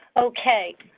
okay.